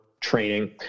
training